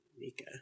Mika